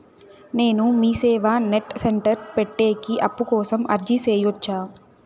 నేను MeeSeva net centre పెట్టేకి అప్పు కోసం అర్జీ సేయొచ్చా?